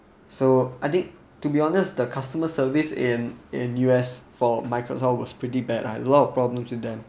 so I think to be honest the customer service in in U_S for microsoft was pretty bad I had a lot of problems with them